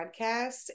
podcast